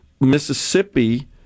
Mississippi